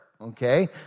Okay